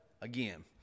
again